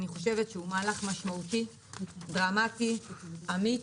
אני חושבת שהוא מהלך משמעותי, דרמטי, אמיץ,